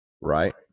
Right